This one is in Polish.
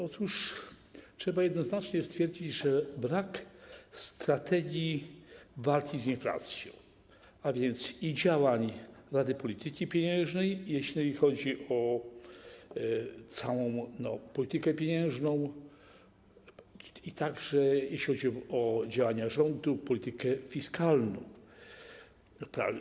Otóż trzeba jednoznacznie stwierdzić, że brakuje strategii walki z inflacją, a więc działań Rady Polityki Pieniężnej, jeżeli chodzi o politykę pieniężną, a także jeśli chodzi o działania rządu i politykę fiskalną kraju.